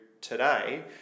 today